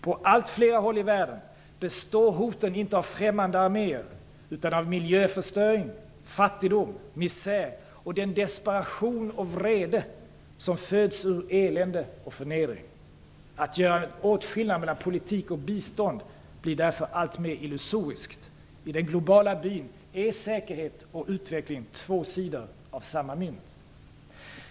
På allt fler håll i världen består hoten inte av främmande arméer utan av miljöförstöring, fattigdom, misär och den desperation och vrede som föds ur elände och förnedring. Att göra en åtskillnad mellan politik och bistånd blir därför alltmer illusoriskt. I den globala byn är säkerhet och utveckling två sidor av samma mynt.